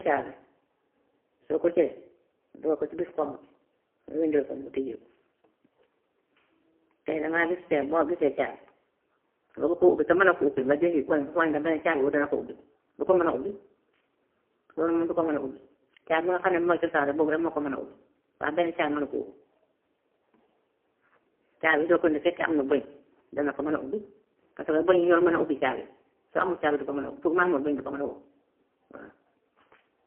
Caabi soo ko jëlee nga dugal ko ci biir komb bi nga wëndéel ko tijjeeku. Tey dangaa gis tey boo gisee caabi nga bugg koo ubbi te mënoo ko ubbi nga jëli poñ pour xool ndax beneen caabi boobu dana ko ubbi du ko mën a ubbi, loolu moom du ko mën a ubbi. caabi bi nga xam ne mooy cosaanam boobu rek moo ko mën a ubbi waaye beneen caabi mënu koo. Caabi soo koy indi su fekkee am na bëñ dana ko mën na ubbi, parce que bëñ yi ñooy mën a ubbi caabi soo amut caabi du ko mën a su ma amut bëñ du ko mën a ubbi waa.